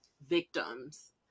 victims